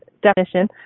definition